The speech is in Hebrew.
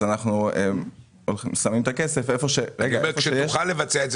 אז אנחנו שמים את הכסף היכן --- וכשתוכל לבצע את זה,